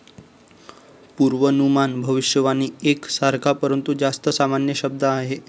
पूर्वानुमान भविष्यवाणी एक सारखा, परंतु जास्त सामान्य शब्द आहे